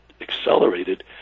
accelerated